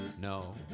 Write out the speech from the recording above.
No